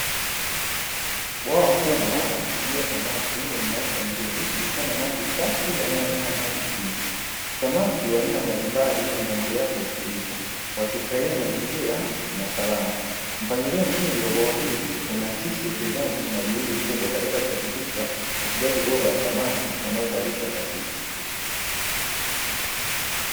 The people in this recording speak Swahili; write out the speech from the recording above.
Bwawa kubwa la kufugia samaki wenye afya nzuri, likiwa na maji safi yanayong'aa hadi chini. Samaki wa aina mbalimbali wanaogelea kwa utulivu wakifurahia mazingira na salama. Mpangilio mzuri wa bwawa hili unaakisi uwekezaji na juhudi kubwa katika kuhakikisha ufugaji bora wa samaki unaozalisha kwa tija.